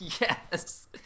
Yes